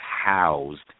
housed